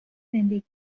زندگی